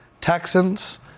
Texans